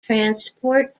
transport